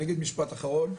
אני אגיד משפט אחרון,